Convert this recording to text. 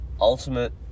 ultimate